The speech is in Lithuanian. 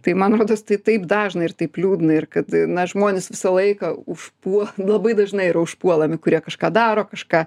tai man rodos tai taip dažna ir taip liūdna ir kad na žmonės visą laiką užpuo labai dažnai yra užpuolami kurie kažką daro kažką